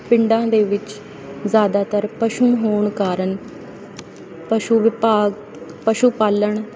ਪਿੰਡਾਂ ਦੇ ਵਿੱਚ ਜ਼ਿਆਦਾਤਰ ਪਸ਼ੂ ਹੋਣ ਦੇ ਕਾਰਨ ਪਸ਼ੂ ਵਿਭਾਗ ਪਸ਼ੂ ਪਾਲਣ